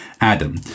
Adam